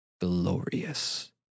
glorious